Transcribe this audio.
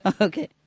Okay